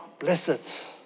Blessed